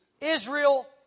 Israel